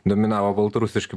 dominavo baltarusiški